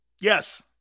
Yes